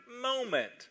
moment